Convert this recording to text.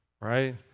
right